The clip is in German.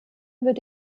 würde